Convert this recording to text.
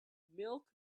milk